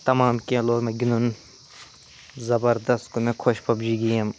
تمام کیٚنٛہہ لوگ مےٚ گِنٛدُن زبردَس گوٚو مےٚ خۄش پَب جی گیم